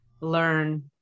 learn